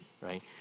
right